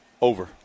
Over